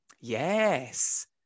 yes